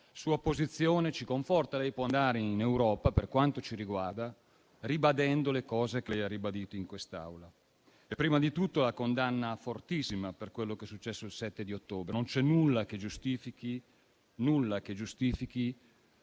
sua posizione ci conforta. Lei può andare in Europa, per quanto ci riguarda, ribadendo quanto lei ha ribadito in quest'Aula. Prima di tutto la condanna fortissima per quello che è successo il 7 ottobre. Non c'è nulla, nemmeno